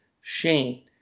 Shane